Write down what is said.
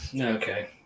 Okay